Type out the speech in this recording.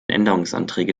änderungsanträge